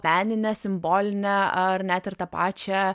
meninę simbolinę ar net ir ta pačią